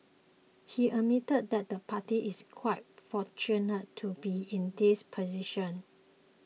he added that the party is quite fortunate to be in this position